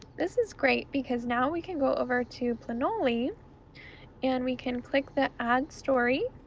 this is great because now we can go over to planoly and we can click the add story,